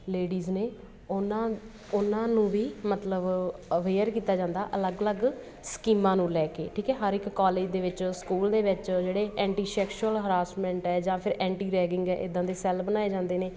ladies ਨੇ ਉਹਨਾਂ ਉਹਨਾਂ ਨੂੰ ਵੀ ਮਤਲਬ ਅਵੇਅਰ ਕੀਤਾ ਜਾਂਦਾ ਅਲੱਗ ਅਲੱਗ ਸਕੀਮਾਂ ਨੂੰ ਲੈ ਕੇ ਠੀਕ ਹੈ ਹਰ ਇੱਕ ਕੋਲੇਜ ਦੇ ਵਿੱਚ ਸਕੂਲ ਦੇ ਵਿੱਚ ਜਿਹੜੇ ਐਂਟੀ ਸ਼ੈਕਸ਼ੂਅਲ ਹਰਾਸ਼ਮੈਂਟ ਹੈ ਜਾਂ ਫਿਰ ਐਂਟੀ ਰੈਗਿੰਗ ਹੈ ਇੱਦਾਂ ਦੇ ਸੈੱਲ ਬਣਾਏ ਜਾਂਦੇ ਨੇ